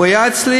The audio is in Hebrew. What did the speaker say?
הוא היה אצלי